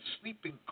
Sleeping